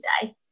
today